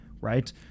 right